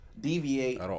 deviate